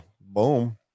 Boom